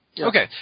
Okay